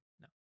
No